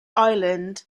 island